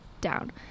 down